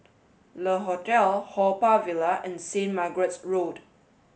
Le Hotel Haw Par Villa and St Margaret's Road